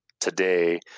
today